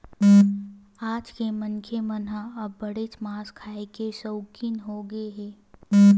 आज के मनखे मन ह अब्बड़ेच मांस खाए के सउकिन होगे हे